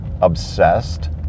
obsessed